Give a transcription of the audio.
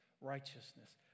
righteousness